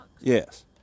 Yes